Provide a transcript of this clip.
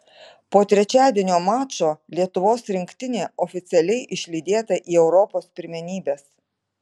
po trečiadienio mačo lietuvos rinktinė oficialiai išlydėta į europos pirmenybes